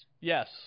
Yes